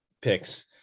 picks